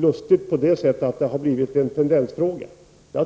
lustigt, på det sättet att det har blivit en tendensfråga.